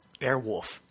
Airwolf